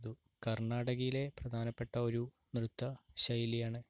കർണാടകയിലെ പ്രധാനപ്പെട്ട ഒരു നൃത്ത ശൈലിയാണ്